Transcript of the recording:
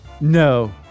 No